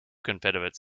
confederate